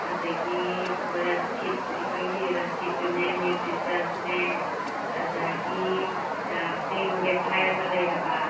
ꯑꯗꯒꯤ ꯔꯁꯀꯤꯠ ꯑꯩꯈꯣꯏꯒꯤ ꯔꯁꯀꯤꯠꯇꯨꯅꯦ ꯅꯤꯎꯇ꯭ꯔꯤ ꯆꯣꯏꯁꯅꯦ ꯑꯗꯒꯤ ꯆꯦꯡ ꯕꯦꯈꯥꯏ ꯑꯃ ꯂꯩꯔꯕ